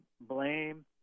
blame